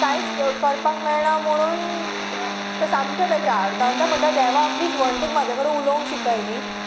कांयच करपाक मेळना म्हणून तें सामकें बेजारता आनी तें म्हणटा देवा प्लीज वण्टीक म्हजे कडेन उलोवंक शिकय न्हय